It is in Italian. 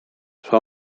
sua